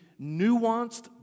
nuanced